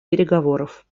переговоров